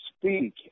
speak